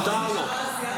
מותר לו.